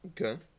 Okay